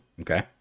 okay